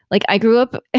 like i grew up ah